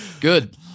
Good